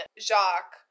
Jacques